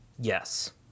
Yes